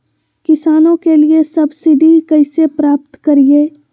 किसानों के लिए सब्सिडी कैसे प्राप्त करिये?